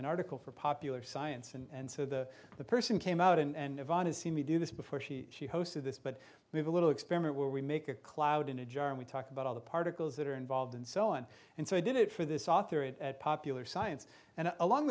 n article for popular science and so the the person came out and yvonne has seen me do this before she she hosted this but we have a little experiment where we make a cloud in a jar and we talk about all the particles that are involved and so on and so i did it for this author it at popular science and along